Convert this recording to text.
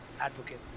advocate